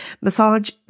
massage